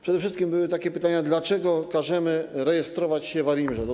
Przede wszystkim były takie pytania, dlaczego każemy rejestrować się w ARiMR.